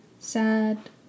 Sad